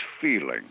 feeling